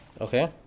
okay